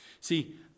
See